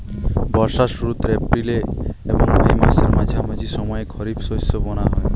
বর্ষার শুরুতে এপ্রিল এবং মে মাসের মাঝামাঝি সময়ে খরিপ শস্য বোনা হয়